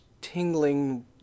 tingling